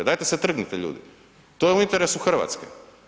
Dajte se trgnite ljudi, to je u interesu Hrvatske.